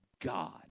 God